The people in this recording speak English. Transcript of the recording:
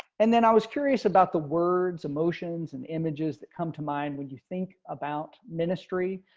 and then i was curious about the words emotions and images that come to mind when you think about ministry.